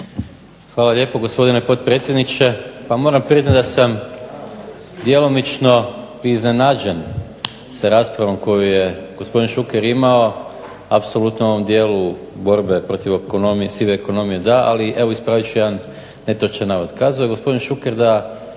Hvala lijepo gospodine potpredsjedniče. Pa moram priznati da sam djelomično i iznenađen sa raspravom koju je gospodin Šuker imao. Apsolutno u ovom dijelu borbe protiv sive ekonomije da, ali evo ispravit ću jedan netočan navod.